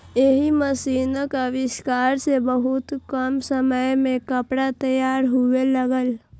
एहि मशीनक आविष्कार सं बहुत कम समय मे कपड़ा तैयार हुअय लागलै